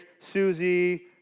Susie